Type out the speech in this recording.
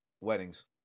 Weddings